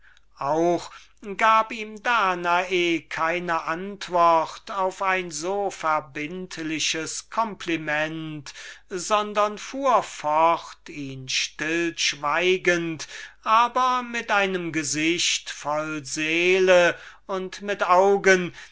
auch gab ihm danae keine antwort auf ein so verbindliches kompliment sondern fuhr fort ihn stillschweigend aber mit einem gesicht voll seele und augen